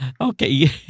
Okay